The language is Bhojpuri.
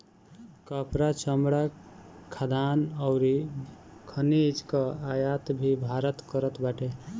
कपड़ा, चमड़ा, खाद्यान अउरी खनिज कअ आयात भी भारत करत बाटे